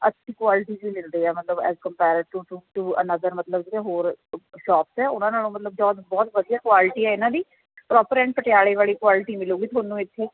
ਅੱਛੀ ਕੁਆਲਿਟੀ 'ਚ ਮਿਲਦੇ ਆ ਮਤਲਬ ਐਜ ਕੰਪੇਰੇਟਿਵ ਟੂ ਅਨਦਰ ਮਤਲਬ ਜਿਹੜੇ ਹੋਰ ਸ਼ੌਪਸ ਹੈ ਉਹਨਾਂ ਨਾਲੋਂ ਮਤਲਬ ਜੋ ਬਹੁਤ ਵਧੀਆ ਕੁਆਲਿਟੀ ਹੈ ਇਹਨਾਂ ਦੀ ਪ੍ਰੋਪਰ ਐਨ ਪਟਿਆਲੇ ਵਾਲੀ ਕੁਆਲਿਟੀ ਮਿਲੂਗੀ ਤੁਹਾਨੂੰ ਇੱਥੇ